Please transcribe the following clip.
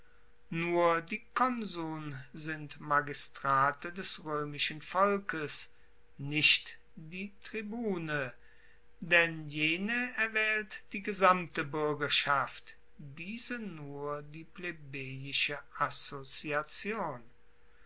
nur die konsuln sind magistrate des roemischen volkes nicht die tribune denn jene erwaehlt die gesamte buergerschaft diese nur die plebejische assoziation